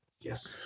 Yes